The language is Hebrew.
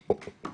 בבקשה.